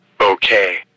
Okay